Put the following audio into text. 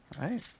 Right